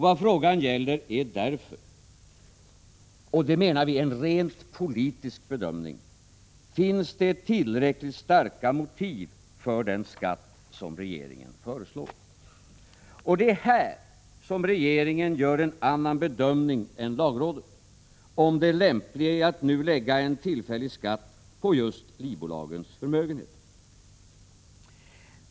Vad frågan gäller är därför — och det menar vi är en rent politisk bedömning: Finns det tillräckligt starka motiv för den skatt som regeringen föreslår? Det är här som regeringen gör en annan bedömning än lagrådet om det lämpliga i att nu lägga en tillfällig skatt på just livbolagens förmögenheter.